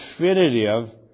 definitive